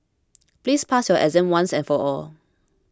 please pass your exam once and for all